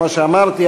כמו שאמרתי,